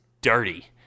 dirty